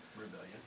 Rebellion